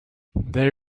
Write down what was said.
they